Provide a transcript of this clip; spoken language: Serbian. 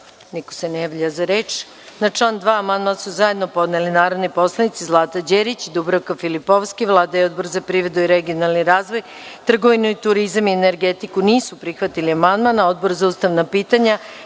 se ne javlja za reč. Na član 2. amandman su zajedno podneli narodni poslanici Zlata Đerić i Dubravka Filipovski. Vlada i Odbor za privredu, regionalni razvoj, trgovinu, turizam i energetiku nisu prihvatili amandman. Odbor za ustavna pitanja